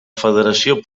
federació